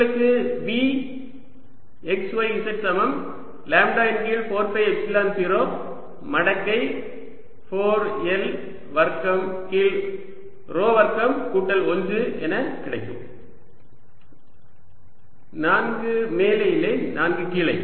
உங்களுக்கு V x y z சமம் lambda இன் கீழ் 4 பை எப்சிலன் 0 மடக்கை 4 L வர்க்கம் கீழ் ρ வர்க்கம் கூட்டல் 1 என கிடைக்கும் 4 மேலே இல்லை 4 கீழே